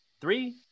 three